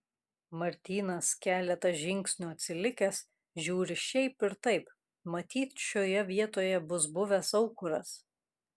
martynas keletą žingsnių atsilikęs žiūri šiaip ir taip matyt šioje vietoje bus buvęs aukuras